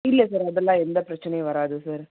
இல்லை சார் அதெல்லாம் எந்த பிரச்சினையும் வராது சார்